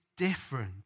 different